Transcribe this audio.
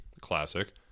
classic